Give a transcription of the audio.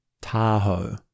Tahoe